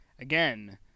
Again